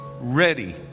ready